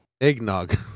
Eggnog